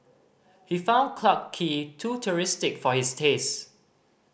he found Clarke Quay too touristic for his taste